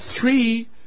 three